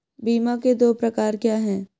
बीमा के दो प्रकार क्या हैं?